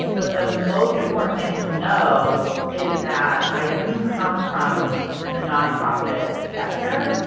but the most important thing to know is that i do come from the nonprofit sector,